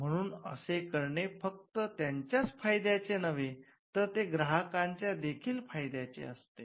म्हणून असे करणे फक्त त्याच्याच फायद्याचे नव्हे तर ते ग्राहकांच्या देखील फायद्याचे असते